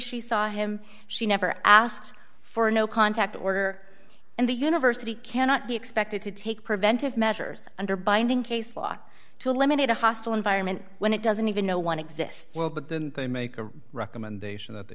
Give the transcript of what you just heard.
she saw him she never asked for a no contact order and the university cannot be expected to take preventive measures under binding case law to eliminate a hostile environment when it doesn't even know one exists well but then they make a recommendation that they